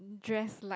dress like